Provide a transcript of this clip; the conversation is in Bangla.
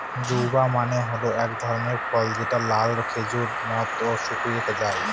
জুজুবা মানে হল এক ধরনের ফল যেটা লাল খেজুরের মত শুকিয়ে যায়